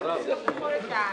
הישיבה נעולה.